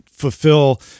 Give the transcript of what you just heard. fulfill